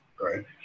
right